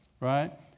right